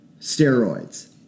steroids